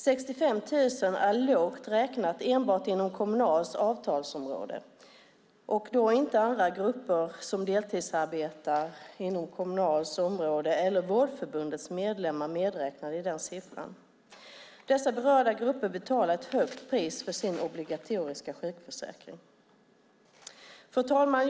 65 000 är lågt räknat. Det gäller enbart Kommunals avtalsområde. Andra grupper som deltidsarbetar inom Kommunals område och Vårdförbundets medlemmar är inte medräknade i den siffran. De berörda grupperna betalar ett högt pris för sin obligatoriska sjukförsäkring. Fru talman!